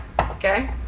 Okay